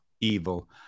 evil